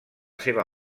seva